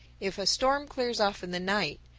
if a storm clears off in the night,